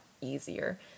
easier